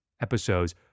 episodes